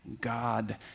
God